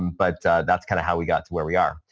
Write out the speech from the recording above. but that's kind of how we got to where we are.